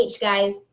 guys